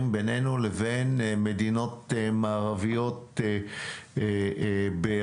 בינינו לבין מדינות מערביות באירופה.